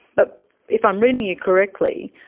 but if i'm reading you correctly,